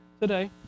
today